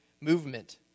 movement